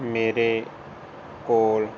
ਮੇਰੇ ਕੋਲ